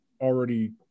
already